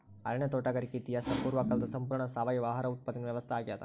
ಅರಣ್ಯ ತೋಟಗಾರಿಕೆ ಇತಿಹಾಸ ಪೂರ್ವಕಾಲದ ಸಂಪೂರ್ಣ ಸಾವಯವ ಆಹಾರ ಉತ್ಪಾದನೆ ವ್ಯವಸ್ಥಾ ಆಗ್ಯಾದ